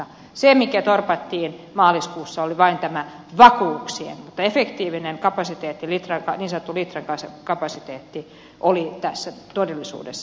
ne mitkä torpattiin maaliskuussa olivat vain nämä vakuudet mutta efektiivinen kapasiteetti niin sanottu litrakapasiteetti oli tässä todellisuudessa